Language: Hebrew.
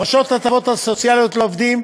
הפרשת ההטבות הסוציאליות לעובדים,